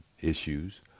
issues